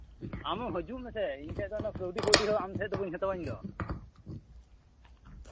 ᱟᱢ ᱦᱤᱡᱩᱜ ᱢᱮᱥᱮ ᱤᱧ ᱴᱷᱮᱱ ᱫᱚ ᱚᱱᱟ ᱠᱟᱹᱣᱰᱤ ᱯᱷᱟᱹᱣᱰᱤ ᱦᱚᱸ ᱟᱢ ᱴᱷᱮᱱ ᱫᱚ ᱵᱟᱹᱧ ᱦᱟᱛᱟᱣᱟ ᱤᱧ ᱫᱚ